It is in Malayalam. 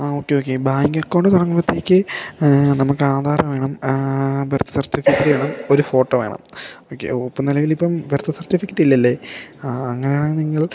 ആ ഓക്കെ ഓക്കെ ബാങ്ക് അക്കൗണ്ട് തുടങ്ങുമ്പോഴേക്ക് നമുക്ക് ആധാറ് വേണം ബർത്ത് സർട്ടിഫിക്കറ്റ് വേണം ഒരു ഫോട്ടോ വേണം ഓക്കെ ഒപ്പം നിലവിലിപ്പം ബർത്ത് സർട്ടിഫിക്കറ്റ് ഇല്ലല്ലേ ആ അങ്ങനെയാണെങ്കിൽ നിങ്ങൾ